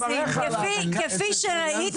כפי שראית,